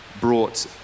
brought